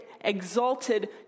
exalted